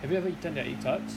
have you ever eaten their egg tarts